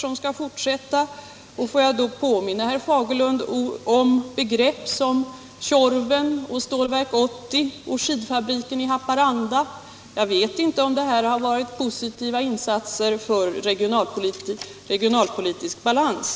I det sammanhanget vill jag påminna herr Fagerlund om sådana begrepp som Tjorven, Stålverk 80 och skidfabriken i Haparanda. Jag är tveksam om man skall se dem som exempel på positiva insatser för en regionalpolitisk balans.